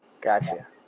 Gotcha